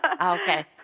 Okay